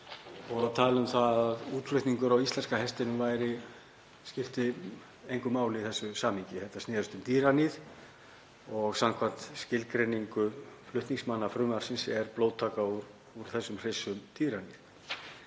hann talaði um að útflutningur á íslenska hestinum skipti engu máli í þessu samhengi, að þetta snerist um dýraníð og samkvæmt skilgreiningu flutningsmanna frumvarpsins er blóðtaka úr þessum hryssum dýraníð.